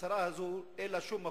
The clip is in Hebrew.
להצהרה הזאת אין שום מקום,